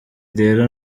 rero